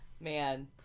Man